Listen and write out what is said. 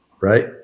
right